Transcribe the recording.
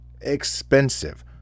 Expensive